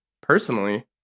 personally